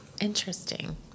interesting